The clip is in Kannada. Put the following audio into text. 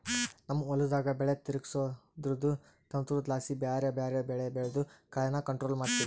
ನಮ್ ಹೊಲುದಾಗ ಬೆಲೆ ತಿರುಗ್ಸೋದ್ರುದು ತಂತ್ರುದ್ಲಾಸಿ ಬ್ಯಾರೆ ಬ್ಯಾರೆ ಬೆಳೆ ಬೆಳ್ದು ಕಳೇನ ಕಂಟ್ರೋಲ್ ಮಾಡ್ತಿವಿ